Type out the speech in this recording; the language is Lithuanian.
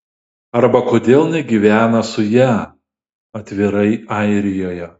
arba kodėl negyvena su ja atvirai airijoje